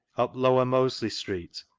up lower mosley street,